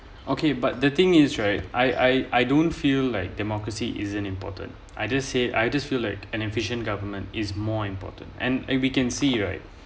okay but the thing is right I I don't feel like democracy isn't important I just say I just feel like an efficient government is more important and and we can see right